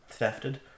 Thefted